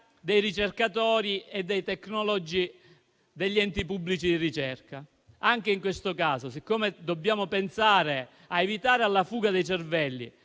dei ricercatori e dei tecnici degli enti pubblici di ricerca. Anche in questo caso, poiché dobbiamo pensare a evitare la fuga dei cervelli,